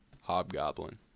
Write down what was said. Hobgoblin